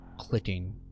clicking